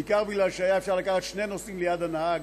בעיקר בגלל שאפשר היה לקחת שני נוסעים ליד הנהג,